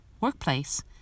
workplace